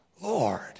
Lord